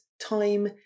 time